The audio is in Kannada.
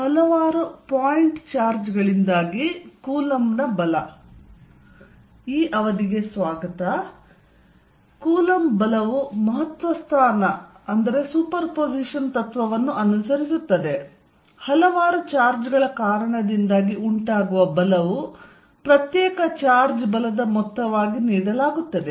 ಹಲವಾರು ಪಾಯಿಂಟ್ ಚಾರ್ಜ್ ಗಳಿಂದಾಗಿ ಕೂಲಂಬ್ನ ಬಲ ಕೂಲಂಬ್ ಬಲವು ಮಹತ್ವಸ್ಥಾನ ಸೂಪರ್ಪೋಸಿಷನ್ ತತ್ವವನ್ನು ಅನುಸರಿಸುತ್ತದೆ ಹಲವಾರು ಚಾರ್ಜ್ಗಳ ಕಾರಣದಿಂದಾಗಿ ಉಂಟಾಗುವ ಬಲವು ಪ್ರತ್ಯೇಕ ಚಾರ್ಜ್ ಬಲದ ಮೊತ್ತವಾಗಿ ನೀಡಲಾಗುತ್ತದೆ